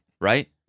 right